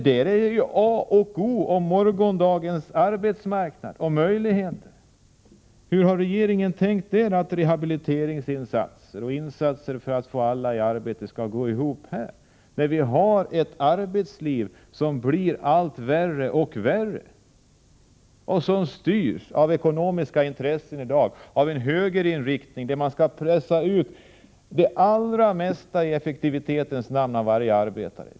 Den är a och o för morgondagens arbetsmarknad och dess möjligheter. Hur har regeringen tänkt att rehabiliteringsinsatser och insatser för att få alla i arbete skall gå ihop? Vi har ju ett arbetsliv som blir allt värre. Det styrs i dag av ekonomiska intressen med en högerinriktning. Man vill pressa ut det allra mesta i effektivitetens namn av varje arbetare.